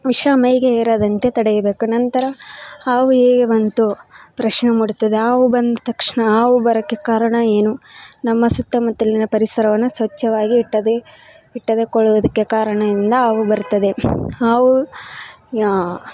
ವಿಷ ಮೈಗೆ ಏರದಂತೆ ತಡೆಯಬೇಕು ನಂತರ ಹಾವು ಹೇಗೆ ಬಂತು ಪ್ರಶ್ನೆ ಮೂಡುತ್ತದೆ ಆವು ಬಂದ ತಕ್ಷಣ ಹಾವು ಬರಕ್ಕೆ ಕಾರಣ ಏನು ನಮ್ಮ ಸುತ್ತಮುತ್ತಲಿನ ಪರಿಸರವನ್ನ ಸ್ವಚ್ಛವಾಗಿ ಇಟ್ಟದೆ ಇಟ್ಟದೆ ಕೊಳ್ಳುವುದಕ್ಕೆ ಕಾರಣ ಇಂದ ಹಾವು ಬರುತ್ತದೆ ಹಾವು ಯಾ